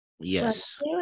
Yes